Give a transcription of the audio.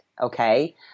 Okay